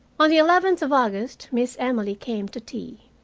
on the eleventh of august miss emily came to tea.